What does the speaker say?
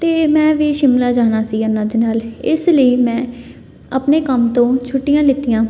ਅਤੇ ਮੈਂ ਵੀ ਸ਼ਿਮਲਾ ਜਾਣਾ ਸੀ ਉਨ੍ਹਾਂ ਦੇ ਨਾਲ ਇਸ ਲਈ ਮੈਂ ਆਪਣੇ ਕੰਮ ਤੋਂ ਛੁੱਟੀਆਂ ਲਿੱਤੀਆਂ